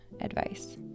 advice